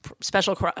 special –